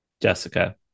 Jessica